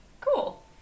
Cool